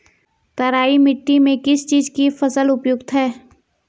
तराई मिट्टी में किस चीज़ की फसल उपयुक्त है?